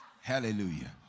Hallelujah